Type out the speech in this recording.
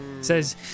says